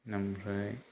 ओमफ्राय